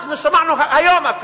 אנחנו שמענו, היום אפילו,